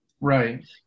Right